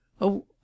Oh